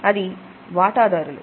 అది వాటాదారులు